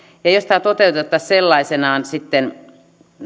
jos tämä toteutettaisiin sellaisenaan